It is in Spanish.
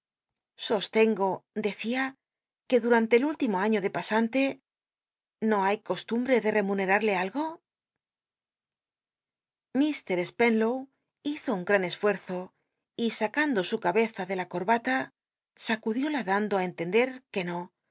sostengo decia que dutanle el último año de pasante no hay costum il'ic algo bte de temunoi lit s jcnlow hizo un gta n esfuctzo y sacando su cabeza de la corbata sacudióla dando i cntrnder que no